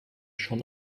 schon